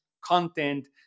content